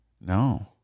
No